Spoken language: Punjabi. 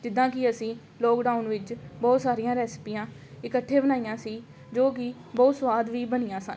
ਜਿੱਦਾਂ ਕਿ ਅਸੀਂ ਲੋਕਡਾਊਨ ਵਿੱਚ ਬਹੁਤ ਸਾਰੀਆਂ ਰੈਸਪੀਆਂ ਇਕੱਠੇ ਬਣਾਈਆਂ ਸੀ ਜੋ ਕਿ ਬਹੁਤ ਸਵਾਦ ਵੀ ਬਣੀਆਂ ਸਨ